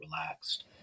relaxed